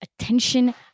attention